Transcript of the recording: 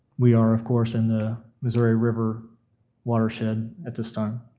we are, of course, in the missouri river watershed at this time.